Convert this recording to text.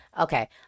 Okay